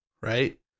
right